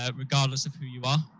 ah regardless of who you are.